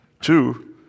Two